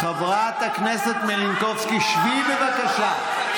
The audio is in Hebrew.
חברת הכנסת מלינובסקי, מספיק.